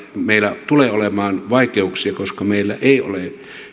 meillä tulee olemaan vaikeuksia koska meillä ei ole